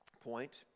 point